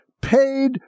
Paid